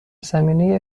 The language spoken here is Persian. زمینه